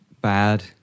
bad